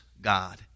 God